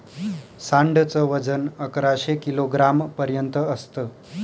सांड च वजन अकराशे किलोग्राम पर्यंत असत